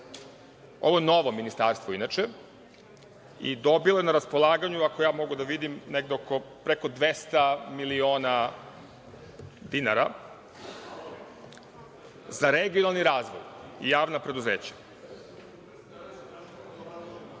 Ovo novo ministarstva, inače, dobilo je na raspolaganje, koliko ja mogu da vidim preko 200 miliona dinara za regionalni razvoj i javna preduzeća. Mene